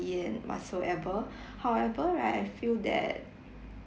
and whatsoever however right I feel that